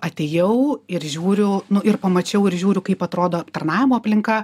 atėjau ir žiūriu nu ir pamačiau ir žiūriu kaip atrodo aptarnavimo aplinka